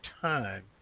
time